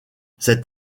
cet